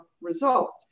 result